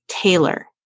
Taylor